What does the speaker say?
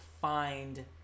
find